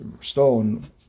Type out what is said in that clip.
stone